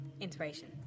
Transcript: Inspiration